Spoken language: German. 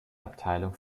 abteilung